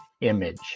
image